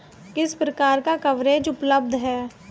किस प्रकार का कवरेज उपलब्ध है?